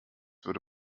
würde